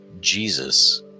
Jesus